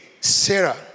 Sarah